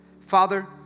Father